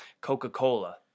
Coca-Cola